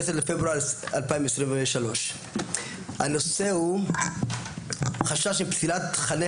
15 בפברואר 2023. הנושא הוא חשש מפסילת תכני